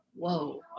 whoa